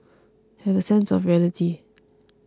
have a sense of reality